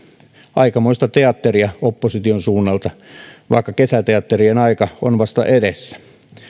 aikamoista teatteria opposition suunnalta vaikka kesäteatterien aika on vasta edessä